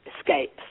escapes